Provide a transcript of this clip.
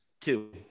two